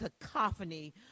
cacophony